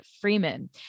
Freeman